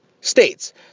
states